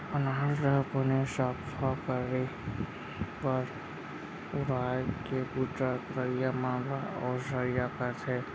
अनाज ल बने सफ्फा करे बर उड़ाय के बूता करइया मन ल ओसवइया कथें